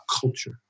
culture